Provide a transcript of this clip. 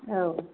औ